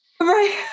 Right